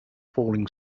falling